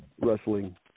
wrestling